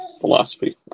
philosophy